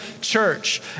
church